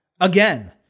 again